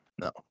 No